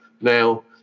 now